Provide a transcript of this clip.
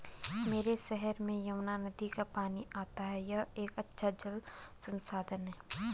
मेरे शहर में यमुना नदी का पानी आता है यह एक अच्छा जल संसाधन है